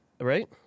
right